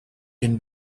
can